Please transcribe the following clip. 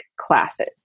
classes